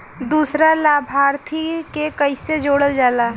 दूसरा लाभार्थी के कैसे जोड़ल जाला?